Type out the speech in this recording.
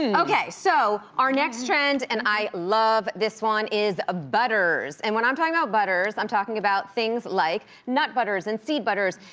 and okay, so our next trend, and i love this one, is ah butters, and when i'm talking about butters, i'm talking about things like, nut butters and seed butters.